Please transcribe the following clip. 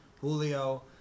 Julio